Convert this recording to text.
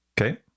okay